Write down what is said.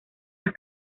las